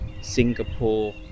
Singapore